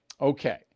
Okay